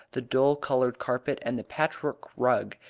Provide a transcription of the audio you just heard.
the dull-coloured carpet, and the patchwork rug,